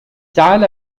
تعال